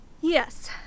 Yes